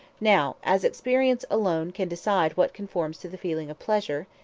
now, as experience alone can decide what conforms to the feeling of pleasure,